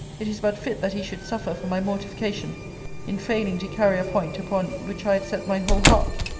it is but fit that he should suffer for my mortification in failing to carry a point upon which i had set my whole heart.